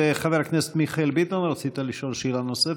חבר הכנסת מיכאל ביטון, רצית לשאול שאלה נוספת.